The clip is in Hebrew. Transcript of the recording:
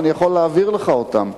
ואני יכול להעביר לך אותן.